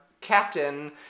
captain